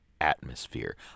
atmosphere